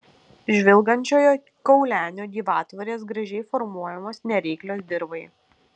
žvilgančiojo kaulenio gyvatvorės gražiai formuojamos nereiklios dirvai